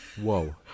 Whoa